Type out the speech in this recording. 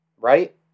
right